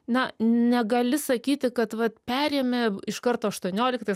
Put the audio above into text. na negali sakyti kad vat perėmė iš karto aštuonioliktais